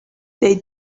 they